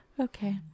Okay